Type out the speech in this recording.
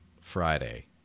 Friday